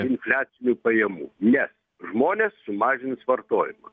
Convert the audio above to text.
infliacinių pajamų nes žmonės sumažins vartojimą